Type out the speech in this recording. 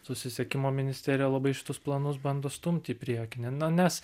susisiekimo ministerija labai šitus planus bando stumt į priekį ne na nes